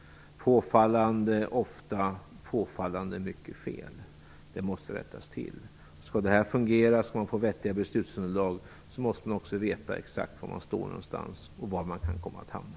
Det förekommer påfallande ofta och påfallande många fel, och det måste rättas till. Om det har skall fungera för att man skall få vettiga beslutsunderlag, måste man också veta exakt var man står och var man kommer att hamna.